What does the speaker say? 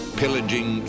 pillaging